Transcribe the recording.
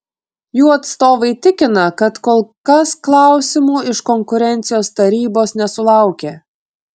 jų atstovai tikina kad kol kas klausimų iš konkurencijos tarybos nesulaukė